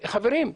חברים,